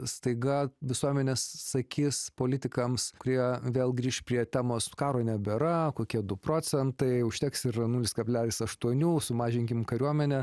staiga visuomenė sakys politikams kurie vėl grįš prie temos karo nebėra kokie du procentai užteks ir nulis kablelis aštuonių sumažinkim kariuomenę